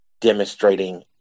demonstrating